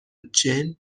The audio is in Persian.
gen